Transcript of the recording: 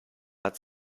hat